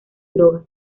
drogas